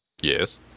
Yes